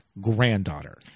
granddaughter